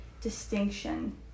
distinction